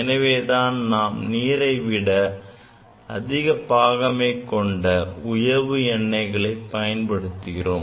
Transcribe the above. எனவேதான் நாம் நீரை விட அதிக பாகமை கொண்ட உயவு எண்ணெய்களை பயன்படுத்துகிறோம்